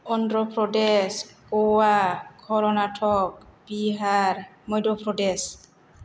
अन्ध्र' प्रदेश गवा करनातक बिहार माय्ध प्रदेश